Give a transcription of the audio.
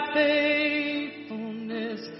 faithfulness